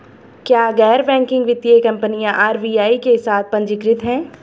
क्या गैर बैंकिंग वित्तीय कंपनियां आर.बी.आई के साथ पंजीकृत हैं?